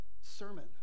sermon